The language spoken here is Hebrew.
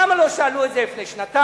למה לא שאלו את זה לפני שנתיים?